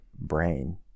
brain